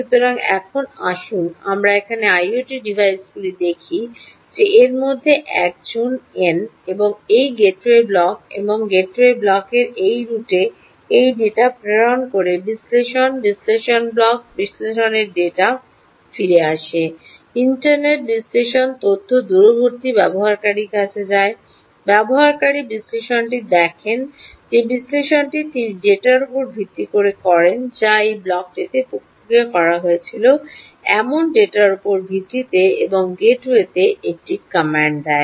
সুতরাং এখন আসুন আমরা এখানে আইওটি ডিভাইসগুলি দেখি যে এর মধ্যে 1 জন n এই গেটওয়ে ব্লকে এবং গেটওয়ে ব্লকে এই রুটে এই ডেটা প্রেরণ করে বিশ্লেষণ বিশ্লেষণ ব্লক বিশ্লেষণের ডেটা ফিরে আসে ইন্টারনেট বিশ্লেষণ তথ্য দূরবর্তী ব্যবহারকারীর কাছে যায় ব্যবহারকারী বিশ্লেষণটি দেখেন যে বিশ্লেষণটি তিনি ডেটা র উপর ভিত্তি করে করেন যা এই ব্লকটিতে প্রক্রিয়া করা হয়েছিল এমন ডেটার ভিত্তিতে এবং গেটওয়েতে একটি কমান্ড দেয়